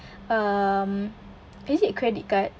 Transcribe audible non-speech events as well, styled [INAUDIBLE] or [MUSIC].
[BREATH] um is it credit card